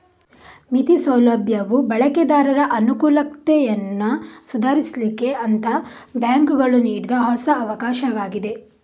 ಮಿತಿ ಸೌಲಭ್ಯವು ಬಳಕೆದಾರರ ಅನುಕೂಲತೆಯನ್ನ ಸುಧಾರಿಸ್ಲಿಕ್ಕೆ ಅಂತ ಬ್ಯಾಂಕುಗಳು ನೀಡಿದ ಹೊಸ ಅವಕಾಶವಾಗಿದೆ